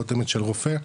חותמת של רופא,